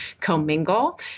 commingle